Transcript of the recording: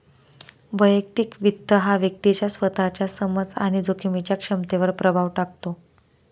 वैयक्तिक वित्त हा व्यक्तीच्या स्वतःच्या समज आणि जोखमीच्या क्षमतेवर प्रभाव टाकतो